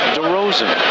DeRozan